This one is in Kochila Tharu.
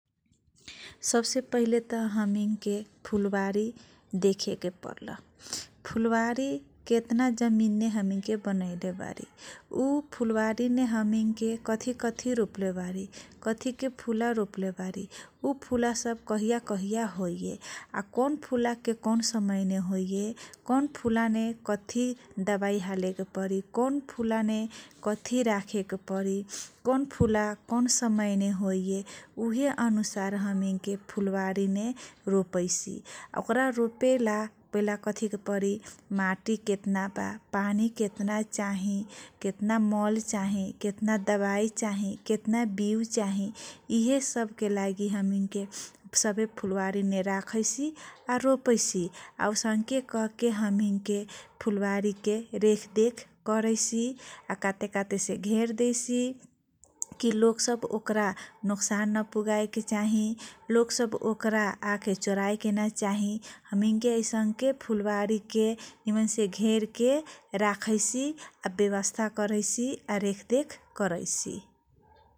सबसे पहिले त हमीनके फूलबारी देखेके परल, फूलबारी केतना जमीनने हमीन बनएलेबारी, ऊ फूलबारी ने हमीनके कथी कथी रोपले बार, कथीके पूmला रोपले बारी । ऊ फूलासब कहिया कहिया होइए, कौन फूलाके कौन समयमे होइए, कौन फूलामे कौन दबाई हालेके परी, कौन फूलाने कथी राखेके परी, कौन पूmला कौन समयने होइए । ऊ अनुसार हमीनके फूलबारी मे रोपैछि । ओकरा रोपेला पहिला कथी करेके परी, माटी केतना बा, पानी केतना चाही, केतना मल्ला चाहि? केतना दबाई चाही? केतना बिऊ चाही? यिहेसबके लागि हमीनके सभे पूmलाबारीमे राखैछि या रोपैछि औसनके कहके हमीनके फूलबारीके रेखदेख करैछि आ काते कातेसे घेरदेइछि कि लोग सब ओकरा नोक्सान नपुगाएके चाहि, लोग सब ओकरा आ के चोराएके नचाहि हमीनके ऐसनके फूलबारीके निमनसे घेरके राखैछि, या व्यवस्था करैछि, या रेखदेख करैछि ।